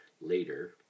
later